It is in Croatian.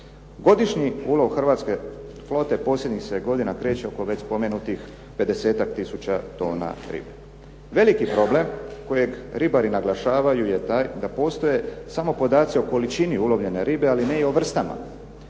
Godišnji ulov Hrvatske flote posljednjih se godina kreće oko već spomenutih 50-tak tisuća tona ribe. Veliki problem kojeg ribari naglašavaju je taj da postoje samo podaci o količini ulovljene ribe ali ne i vrstama.